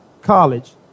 college